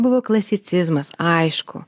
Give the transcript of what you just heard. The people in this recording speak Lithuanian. buvo klasicizmas aišku